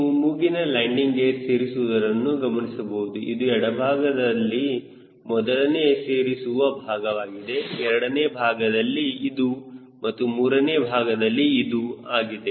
ಹೀಗೆ ನೀವು ಮೂಗಿನ ಲ್ಯಾಂಡಿಂಗ್ ಗೇರ್ ಸೇರಿಸುವುದನ್ನು ಗಮನಿಸಬಹುದು ಇದು ಎಡಭಾಗದಲ್ಲಿ ಮೊದಲನೇ ಸೇರಿಸುವ ಭಾಗವಾಗಿದೆ ಎರಡನೇ ಭಾಗದಲ್ಲಿ ಇದು ಮತ್ತು ಮೂರನೇ ಭಾಗದಲ್ಲಿ ಇದು ಆಗಿದೆ